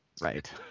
Right